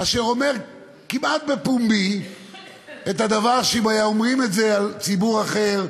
אשר אומר כמעט בפומבי את הדבר שאם היו אומרים על ציבור אחר,